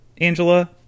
Angela